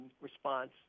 response